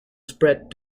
spread